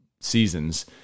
seasons